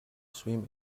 swim